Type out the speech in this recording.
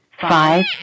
five